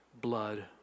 blood